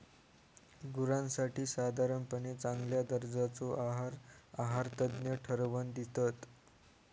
गुरांसाठी साधारणपणे चांगल्या दर्जाचो आहार आहारतज्ञ ठरवन दितत